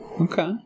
Okay